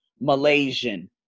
Malaysian